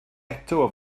eto